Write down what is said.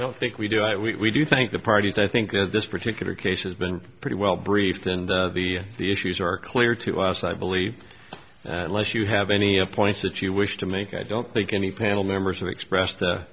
i don't think we do it we do thank the party and i think that this particular case has been pretty well briefed and the the issues are clear to us i believe unless you have any appoints that you wish to make i don't think any panel members who expressed a